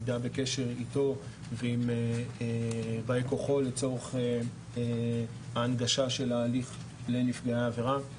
עמידה בקשר איתו ועם באי כוחו לצורך ההנגשה של ההליך לנפגע העבירה.